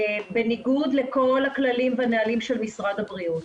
בניגוד לכל הכללים והנהלים של משרד הבריאות,